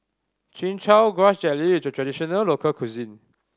Chin Chow Grass Jelly is a traditional local cuisine